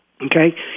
Okay